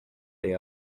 they